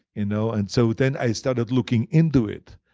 you know and so then i started looking into it,